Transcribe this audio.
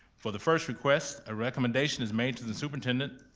for the first request, a recommendation is made to the superintendent